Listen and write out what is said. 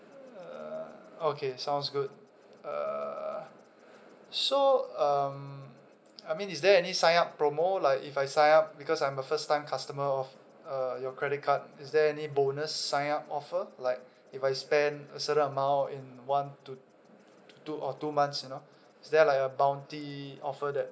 err okay sounds good err so um I mean is there any sign up promo like if I sign up because I'm a first time customer of uh your credit card is there any bonus sign up offer like if I spend a certain amount in one to to two or two months you know is there like a bounty offer that